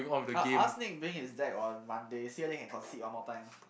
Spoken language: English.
I'll ask Nick bring his deck on Monday see whether he can concede one more time